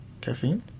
Caffeine